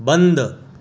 बंद